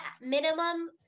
minimum